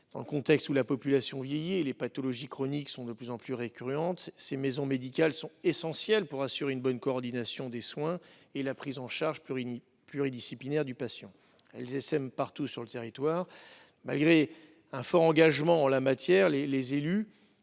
Alors que la population vieillit et que les pathologies chroniques sont de plus en plus récurrentes, ces maisons sont essentielles pour assurer la bonne coordination des soins et la prise en charge pluridisciplinaire du patient. Elles essaiment partout sur le territoire, mais, malgré leur fort engagement en la matière, nos élus